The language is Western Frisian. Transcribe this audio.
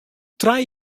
trije